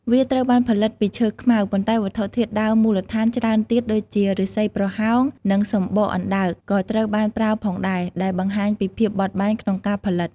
វាត្រូវបានផលិតពីឈើខ្មៅ ប៉ុន្តែវត្ថុធាតុដើមមូលដ្ឋានច្រើនទៀតដូចជា ឫស្សីប្រហោង និងសំបកអណ្តើក ក៏ត្រូវបានប្រើផងដែរ ដែលបង្ហាញពីភាពបត់បែនក្នុងការផលិត។